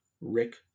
Rick